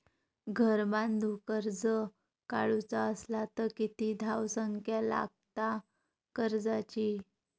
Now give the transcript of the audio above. घर बांधूक कर्ज काढूचा असला तर किती धावसंख्या लागता कर्जाची?